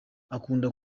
akunda